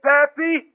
Pappy